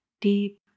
deep